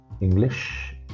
English